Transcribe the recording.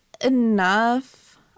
enough